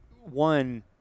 one—